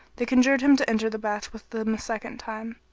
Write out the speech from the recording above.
they conjured him to enter the bath with them a second time.